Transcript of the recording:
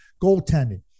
Goaltending